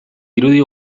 irudi